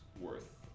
worth